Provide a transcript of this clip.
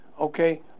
okay